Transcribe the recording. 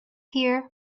here